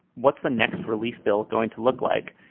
what's the next relief bill going to look like